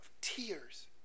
tears